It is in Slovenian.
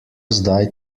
zdaj